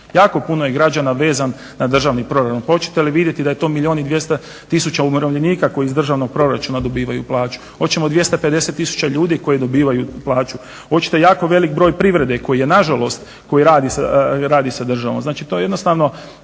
jako puno je građana vezano za državni proračun. Hoćete li vidjeti da je to milijun i 200 tisuća umirovljenika koji iz državnog proračuna dobivaju plaću, hoćemo 250 tisuća ljudi koji dobivaju plaću, hoćete jako velik broj privrede koji je nažalost koji radi sa državom.